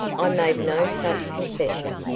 i made no such confession.